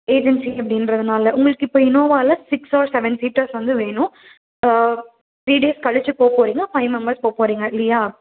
agency அப்படின்றதுனால உங்களுக்கு இப்போ இனோவாவில் சிக்ஸ் ஆர் செவன் சீட்டர்ஸ் வந்து வேணும் த்ரீ டேஸ் கழித்து போகப் போகிறீங்க ஃபை மெம்பர்ஸ் போகப் போறீங்க இல்லையா